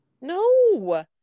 No